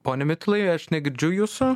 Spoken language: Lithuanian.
pone mitalai aš negirdžiu jūsų